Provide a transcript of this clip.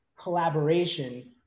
collaboration